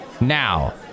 Now